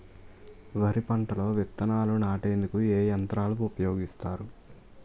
వరి పంటలో విత్తనాలు నాటేందుకు ఏ యంత్రాలు ఉపయోగిస్తారు?